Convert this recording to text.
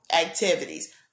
activities